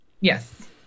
Yes